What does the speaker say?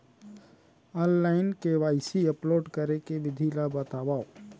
Online KYC upload करे के विधि ला बतावव?